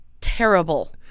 terrible